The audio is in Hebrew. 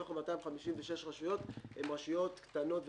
מתוך 256 רשויות, הן רשויות קטנות ובינוניות.